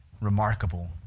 remarkable